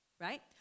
right